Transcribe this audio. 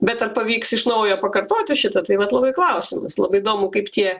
bet ar pavyks iš naujo pakartoti šitą tai net yra klausimas labai įdomu kaip tie